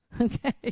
okay